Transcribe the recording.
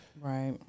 Right